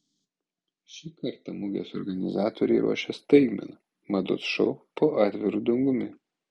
šį kartą mugės organizatoriai ruošia staigmeną mados šou po atviru dangumi